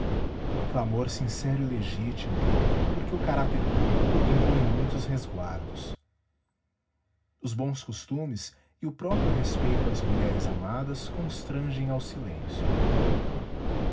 clamor sincero e legítimo porque o caráter público impõe muitos resguardos os bons costumes e o próprio respeito às mulheres amadas constrangem ao silêncio